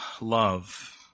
love